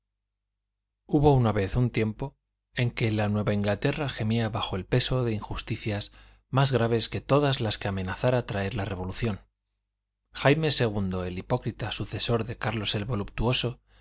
hubo una vez un tiempo en que la nueva inglaterra gemía bajo el peso de injusticias más graves que todas las que amenazara traer la revolución jaime ii el hipócrita sucesor de carlos el voluptuoso